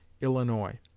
Illinois